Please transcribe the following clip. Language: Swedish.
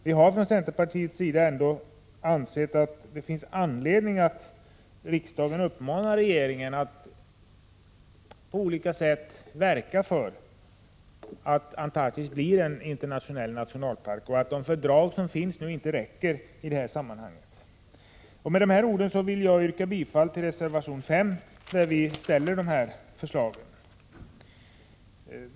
Vi från centerpartiet anser ändå att det finns anledning att riksdagen uppmanar regeringen att på olika sätt verka för att Antarktis blir en internationell nationalpark och att de fördrag som nu finns inte räcker i sammanhanget. Med dessa ord yrkar jag bifall till reservation 5, där vi framställer dessa förslag.